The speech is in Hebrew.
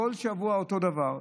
כל שבוע אותו דבר.